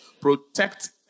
Protect